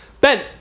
Ben